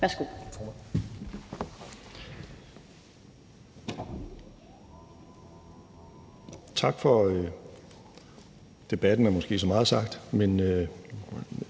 Værsgo.